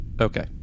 okay